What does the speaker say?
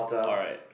alright